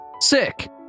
Sick